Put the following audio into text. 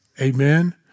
Amen